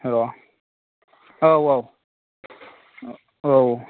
र' औ औ औ